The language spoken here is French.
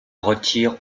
retire